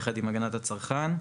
יחד עם הגנת הצרכן.